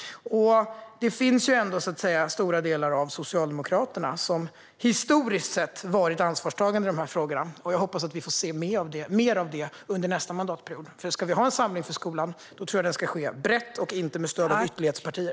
Stora delar av Socialdemokraterna har ändå historiskt sett varit ansvarstagande i frågorna, och jag hoppas vi får se mer av det under nästa mandatperiod. Om det ska vara en samling för skolan ska den ske brett och inte med stöd av ytterlighetspartier.